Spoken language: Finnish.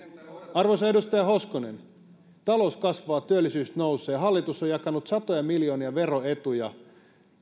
arvoisa edustaja hoskonen talous kasvaa työllisyys nousee ja hallitus on jakanut satoja miljoonia veroetuja